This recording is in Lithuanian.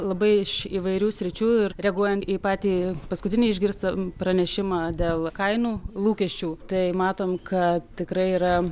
labai iš įvairių sričių ir reaguojant į patį paskutinį išgirstą pranešimą dėl kainų lūkesčių tai matom kad tikrai yra